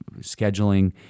scheduling